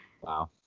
Wow